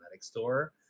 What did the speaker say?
store